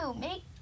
Make